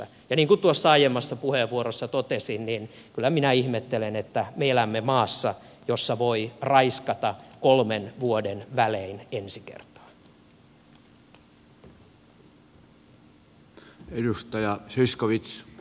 ja niin kuin tuossa aiemmassa puheenvuorossa totesin kyllä minä ihmettelen että me elämme maassa jossa voi raiskata kolmen vuoden välein ensi kertaa